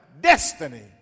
destiny